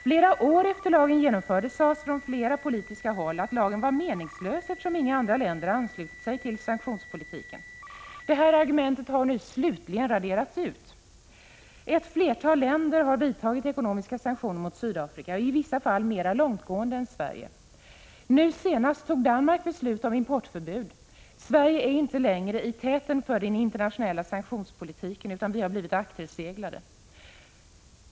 Många år efter det att lagen genomförts så sades det från flera politiska håll att lagen var meningslös, då inga andra länder anslutit sig till sanktionspolitiken. Det här argumentet har nu slutgiltigt raderats ut. Ett flertal länder har vidtagit ekonomiska sanktionsåtgärder mot Sydafrika, och i vissa fall har dessa varit mera långtgående än Sveriges åtgärder. Nu senast fattade Danmark beslut om importförbud. Sverige ligger inte längre i täten för den internationella sanktionspolitiken, utan vi har blivit akterseglade.